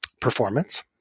performance